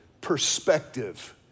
perspective